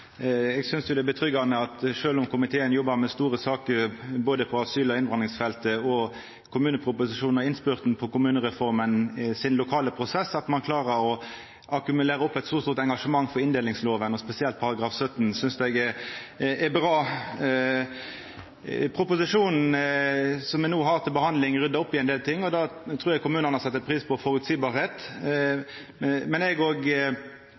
Eg synest det er fint at sjølv om komiteen jobbar med store saker på asyl- og innvandringsfeltet, med kommuneproposisjonen og er i innspurten med kommunereforma sin lokale prosess, klarer ein å akkumulera eit så stort engasjement for inndelingslova og spesielt § 17, og det synest eg er bra. Proposisjonen som me no har til behandling, ryddar opp i ein del ting, og eg trur kommunane set pris på føreseielegheit. Men eg må seia at eg har kost meg med å lesa både mediebiletet og